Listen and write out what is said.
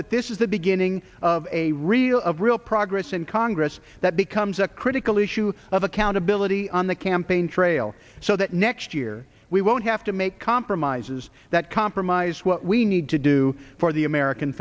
that this is the beginning of a real of real progress in congress that becomes a critical issue of accountability on the campaign trail so that next year we won't have to make compromises that compromise what we need to do for the american